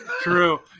True